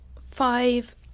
five